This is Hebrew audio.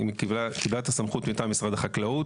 יחידת הסמכות מטעם משרד החקלאות,